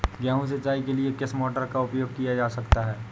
गेहूँ सिंचाई के लिए किस मोटर का उपयोग किया जा सकता है?